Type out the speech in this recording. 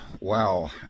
wow